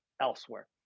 elsewhere